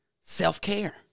self-care